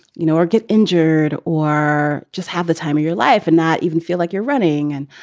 you know, or get injured or just have the time of your life and not even feel like you're running. and.